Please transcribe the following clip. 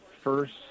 first